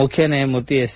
ಮುಖ್ಯ ನ್ಯಾಯಮೂರ್ತಿ ಎಸ್